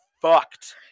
fucked